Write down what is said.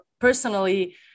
personally